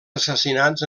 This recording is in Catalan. assassinats